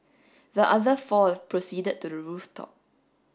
the other four proceeded to rooftop